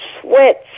sweats